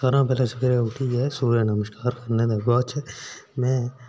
सारें शा पैह्लैं सवेरे उट्ठियै सूर्य नमस्कार करने दे बाद में